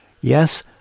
Yes